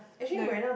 like